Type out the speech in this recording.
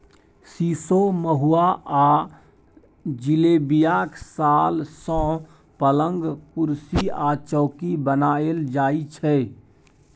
सीशो, महुआ आ जिलेबियाक साल सँ पलंग, कुरसी आ चौकी बनाएल जाइ छै